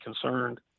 concerned